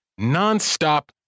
nonstop